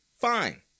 Fine